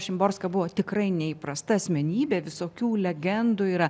šimborska buvo tikrai neįprasta asmenybė visokių legendų yra